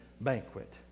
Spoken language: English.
banquet